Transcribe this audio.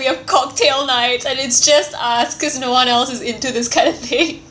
we have cocktail nights and it's just us because no one else is into this kind of thing